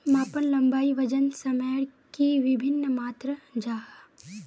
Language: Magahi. मापन लंबाई वजन सयमेर की वि भिन्न मात्र जाहा?